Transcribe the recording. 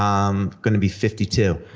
i'm gonna be fifty two.